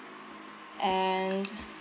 and